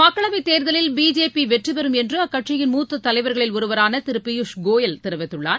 மக்களவை தேர்தலில் பிஜேபி வெற்றி பெறும் என்று அக்கட்சியின் மூத்த தலைவர்களில் ஒருவரான திரு பியூஸ் கோயல் தெரிவித்துள்ளார்